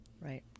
Right